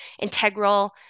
integral